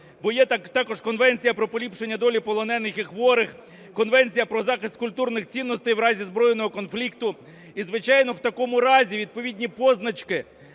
бо є також Конвенція про поліпшення долі полонених і хворих, Конвенція про захист культурних цінностей у разі збройного конфлікту. І звичайно, в такому разі відповідні позначки